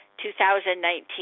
2019